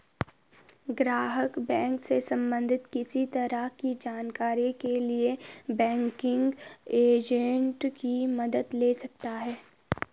ग्राहक बैंक से सबंधित किसी तरह की जानकारी के लिए बैंकिंग एजेंट की मदद ले सकता है